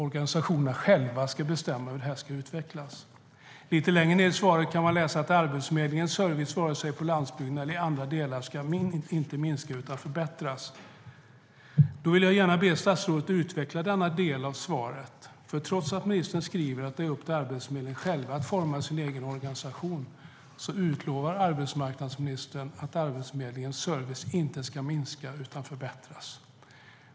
Organisationerna ska själva bestämma över hur detta ska utvecklas. Lite längre ned i svaret kan man läsa att Arbetsförmedlingens service inte ska minska, vare sig på landsbygden eller i andra delar, utan förbättras. Jag vill gärna att statsrådet utvecklar denna del av svaret, för trots att hon skriver att det är upp till Arbetsförmedlingen att forma sin organisation utlovar arbetsmarknadsministern att Arbetsförmedlingens service inte ska minska utan förbättras.